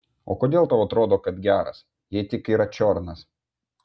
o kodėl tau atrodo kad geras jei tik yra čiornas